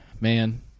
man